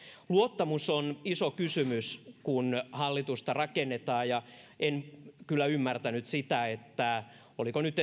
luottamus on iso kysymys kun hallitusta rakennetaan ja en kyllä ymmärtänyt sitä että oliko nyt